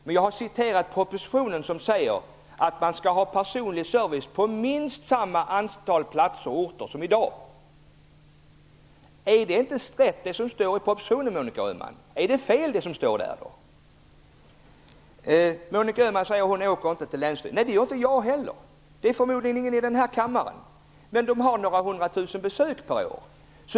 Men jag har citerat propositionen, som säger att man skall ha personlig service på minst samma antal platser som i dag. Är det som står i propositionen inte rätt, Monica Öhman? Är det fel då? Monica Öhman säger att hon inte åker till länsstyrelsen. Nej, det gör inte jag heller. Det gör förmodligen inte någon här i kammaren. Men man har några hundra tusen besök per år.